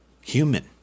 human